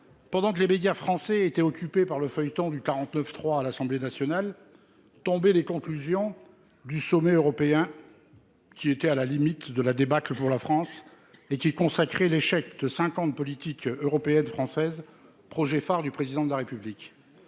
Pendant que les médias français était occupé par le feuilleton du 49 3 à l'Assemblée nationale tomber les conclusions du sommet européen qui était à la limite de la débâcle pour la France et qui consacrer l'échec de 50 politiques européennes, françaises, projet phare du président de la République,